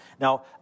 Now